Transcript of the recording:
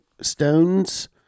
stones